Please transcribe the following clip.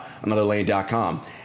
anotherlane.com